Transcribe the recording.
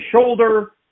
shoulder